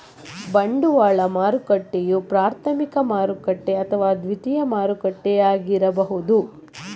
ಬಂಡವಾಳ ಮಾರುಕಟ್ಟೆಯು ಪ್ರಾಥಮಿಕ ಮಾರುಕಟ್ಟೆ ಅಥವಾ ದ್ವಿತೀಯ ಮಾರುಕಟ್ಟೆಯಾಗಿರಬಹುದು